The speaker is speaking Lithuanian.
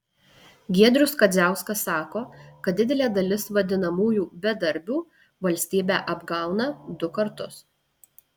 giedrius kadziauskas sako kad didelė dalis vadinamųjų bedarbių valstybę apgauna du kartus